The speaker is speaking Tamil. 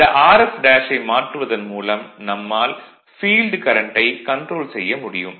இந்த Rf ஐ மாற்றுவதன் மூலம் நம்மால் ஃபீல்டு கரண்ட்டை கன்ட்ரோல் செய்ய முடியும்